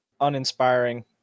uninspiring